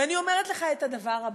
ואני אומרת לך את הדבר הבא: